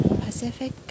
pacific